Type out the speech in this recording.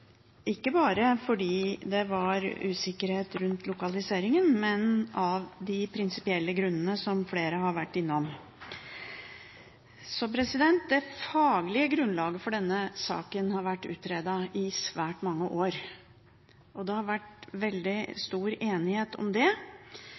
ikke bare fordi det var usikkerhet rundt lokaliseringen, men av de prinsipielle grunnene som flere har vært innom. Det faglige grunnlaget for denne saken har vært utredet i svært mange år, og det har vært veldig